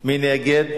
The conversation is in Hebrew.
עשרה בעד, נגד,